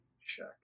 check